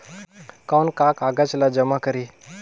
कौन का कागज ला जमा करी?